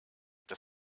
das